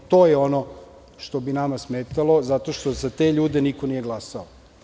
To je ono što bi nama smetalo, zato što za te ljude niko nije glasao.